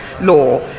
law